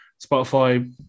Spotify